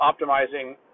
optimizing